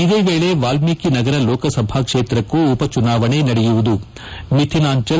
ಇದೇ ವೇಳಿ ವಾಲ್ಮೀಕಿನಗರ ಲೋಕಸಭಾ ಕ್ಷೇತ್ರಕ್ಕೂ ಉಪಚುನಾವಣೆ ನಡೆಯುವುದು ಮಿಧಿನಾಂಚಲ್